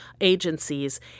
agencies